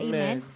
Amen